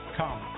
come